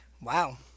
Wow